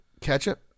Ketchup